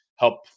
help